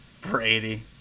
Brady